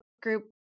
group